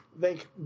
thank